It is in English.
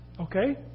Okay